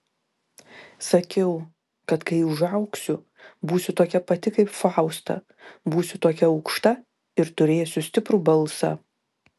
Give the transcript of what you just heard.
sakiau kad kai užaugsiu būsiu tokia pati kaip fausta būsiu tokia aukšta ir turėsiu stiprų balsą